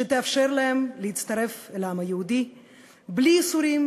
שתאפשר להם להצטרף אל העם היהודי בלי ייסורים